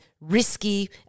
risky